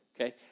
okay